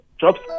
jobs